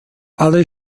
alle